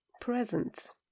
Presents